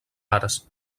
arts